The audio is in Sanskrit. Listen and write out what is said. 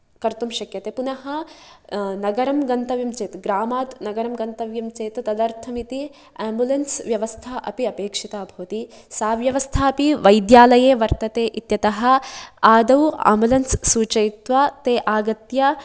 कर्तुं शक्यते पुनः नगरं गन्तव्यं चेत् ग्रामात् नगरं गन्तव्यं चेत् तदर्थमति आम्बुलेन्स् व्यवस्था अपि अपेक्षिता भवति सा व्यवस्था अपि वैद्यालये वर्तते इत्यतः आदौ आम्बुलेन्स् सूचयित्वा ते आगत्य